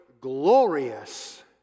glorious